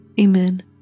Amen